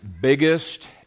biggest